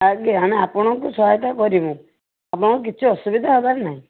ଆଜ୍ଞା ଆମେ ଆପଣଙ୍କୁ ସହାୟତା କରିବୁ ଆପଣଙ୍କର କିଛି ଅସୁବିଧା ହେବାର ନାହିଁ